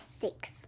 six